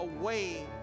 away